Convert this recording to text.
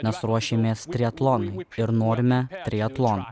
nes ruošėmės triatlonui ir norime triatlono